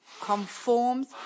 conforms